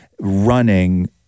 running